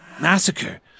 Massacre